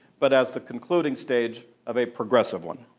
but as the concluding stage of a progressive one.